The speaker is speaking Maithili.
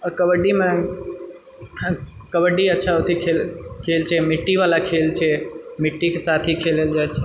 आ कबड्डीमे कबड्डी अच्छा हौते खेल छै मिट्टीवाला खेल छै मिट्टीके साथही खेलल जाइत छेै